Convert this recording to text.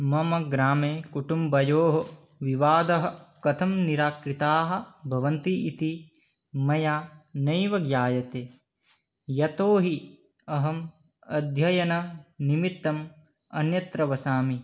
मम ग्रामे कुटुम्बयोः विवादाः कथं निराकृताः भवन्ति इति मया नैव ज्ञायते यतो हि अहम् अध्यययननिमित्तम् अन्यत्र वसामि